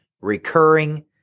recurring